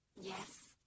Yes